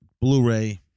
Blu-ray